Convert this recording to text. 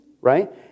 right